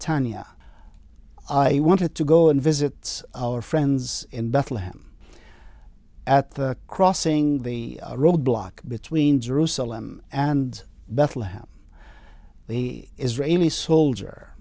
and i wanted to go and visit our friends in bethlehem at the crossing the road block between jerusalem and bethlehem the israeli soldier